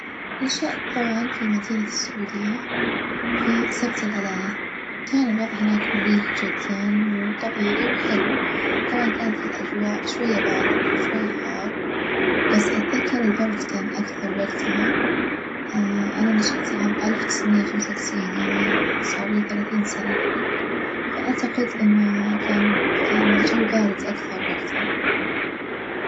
نشأت طبعًا في مدينة السعودية في سبت العلاية، كان الوظع هناك مريح جدًا وطبيعي وحلو، طبعًا كانت الأجواء شوية بارد وشوية حار، بس أتذكر البرد كان أكثر وجتها أنا نشأت عام ألف وتسعمائة وخمسة وتسعين يعني صارلي ثلاثين سنة الحين، فأعتقد إنه كان كان الجو بارد أكثر وجتها.